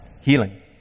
healing